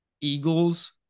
Eagles